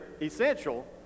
essential